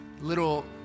little